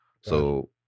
So-